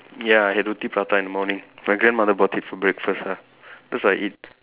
ya I had roti prata in the morning my grandmother bought it for breakfast lah cause I eat